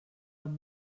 amb